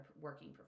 working